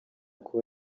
kuba